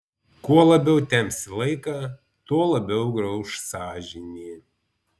kuo labiau tempsi laiką tuo labiau grauš sąžinė